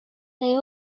they